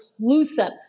inclusive